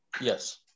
Yes